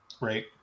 Right